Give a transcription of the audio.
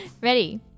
Ready